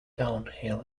downhill